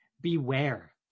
Beware